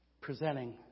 presenting